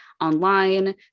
online